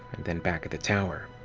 then back at the tower.